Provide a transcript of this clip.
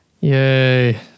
Yay